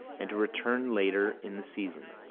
and to return later in the season.